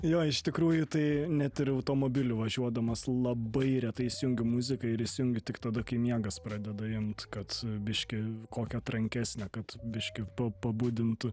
jo iš tikrųjų tai net ir automobiliu važiuodamas labai retai įsijungiu muziką ir įsijungiu tik tada kai miegas pradeda imt kad biškį kokią trankesnę kad biškį pa pabudintų